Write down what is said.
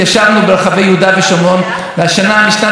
העולם מכיר בירושלים כבירתנו.